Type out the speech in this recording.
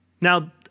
Now